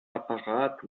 apparat